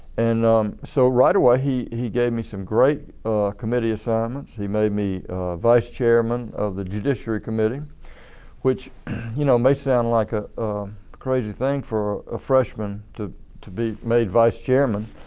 and um so right away, he he gave me some great committee assignments. he made me vice chairman of the judiciary committee which you know may sound like a crazy thing for a freshman to to be made vice chairman.